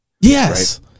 Yes